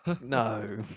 no